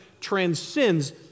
transcends